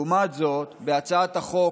לעומת זאת, בהצעת החוק: